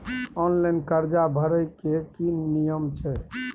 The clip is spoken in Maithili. ऑनलाइन कर्जा भरै के की नियम छै?